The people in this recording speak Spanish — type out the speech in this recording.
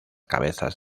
cabezas